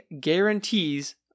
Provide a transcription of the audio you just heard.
guarantees